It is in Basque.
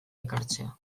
ekartzea